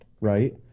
Right